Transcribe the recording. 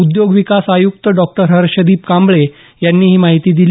उद्योग विकास आयुक्त डॉक्टर हर्षदीप कांबळे यांनी ही माहिती दिली